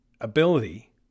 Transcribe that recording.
ability